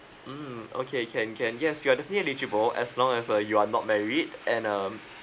mm okay can can yes you are definitely eligible as long as uh you are not married and um